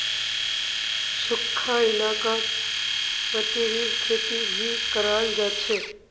सुखखा इलाकात मतीरीर खेती भी कराल जा छे